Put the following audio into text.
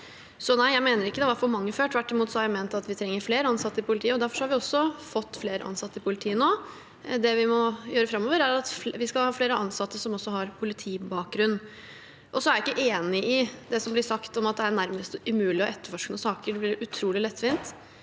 nei, jeg mener ikke det var for mange før. Tvert imot har jeg ment at vi trenger flere ansatte i politiet, og derfor har vi også fått flere ansatte i politiet nå. Det vi må gjøre framover, er å få flere ansatte som også har politibakgrunn. Så er jeg ikke enig i det som blir sagt om at det nærmest er umulig å etterforske noen saker – det blir utrolig lettvint.